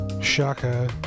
Shaka